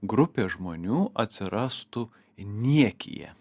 grupė žmonių atsirastų į niekiją